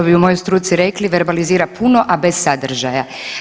Što bi u mojoj struci rekli, verbalizira puno, a bez sadržaja.